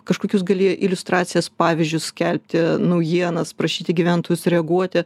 kažkokius gali iliustracijas pavyzdžius skelbti naujienas prašyti gyventojus reaguoti